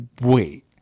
wait